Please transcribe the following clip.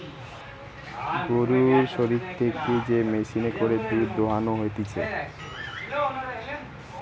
গরুর শরীর থেকে যে মেশিনে করে দুধ দোহানো হতিছে